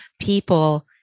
people